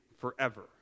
forever